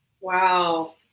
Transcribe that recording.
Wow